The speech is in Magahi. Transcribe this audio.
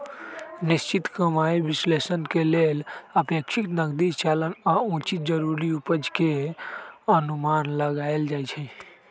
निश्चित कमाइ विश्लेषण के लेल अपेक्षित नकदी चलन आऽ उचित जरूरी उपज के अनुमान लगाएल जाइ छइ